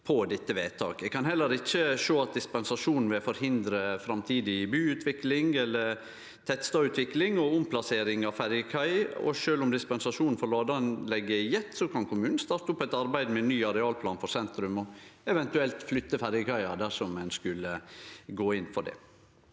Eg kan heller ikkje sjå at dispensasjonen vil forhindre framtidig byutvikling eller tettstadutvikling og omplassering av ferjekai. Sjølv om dispensasjonen for ladeanlegget er gjeven, kan kommunen starte opp eit arbeid med ny arealplan for sentrum og eventuelt flytte ferjekaia dersom ein skulle gå inn for det.